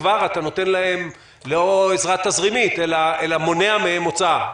כבר אתה נותן להם לא עזרה תזרימית אלא מונע מהם הוצאה.